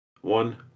one